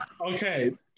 Okay